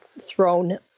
thrown